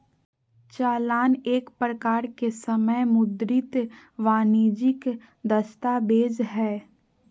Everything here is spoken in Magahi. चालान एक प्रकार के समय मुद्रित वाणिजियक दस्तावेज हय